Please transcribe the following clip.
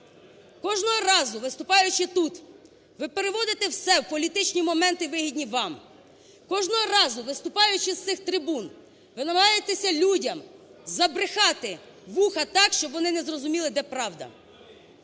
Кожного разу виступаючи тут, ви переводите все в політичне моменти вигідні вам. Кожного разу виступаючи з цих трибун ви намагаєтеся людям забрехати вуха так, щоб вони не зрозуміли, де правда.